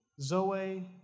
Zoe